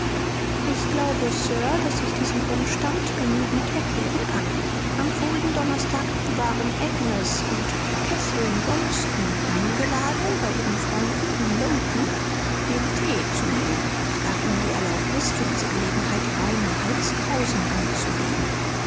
ich glaube sir daß ich diesen umstand genügend erklären kann am vorigen donnerstag waren agnes und catherine johnston eingeladen bei ihren freunden in lowton den thee zu nehmen ich gab ihnen die erlaubnis für diese gelegenheit reine halskrausen anzulegen